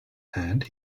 hand